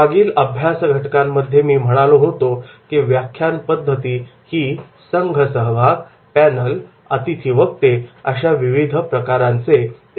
मागील अभ्यास घटकांमध्ये मी म्हणालो की व्याख्यान पद्धती ही संघ सहभाग पॅनल अतिथी वक्ते अशा विविध प्रकारांचे एकत्रीकरण असले पाहिजे